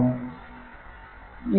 If S 1 Y0 A'